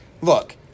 look